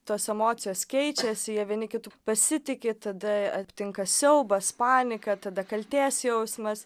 tos emocijos keičiasi jie vieni kitu pasitiki tada aptinka siaubas panika tada kaltės jausmas